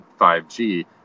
5G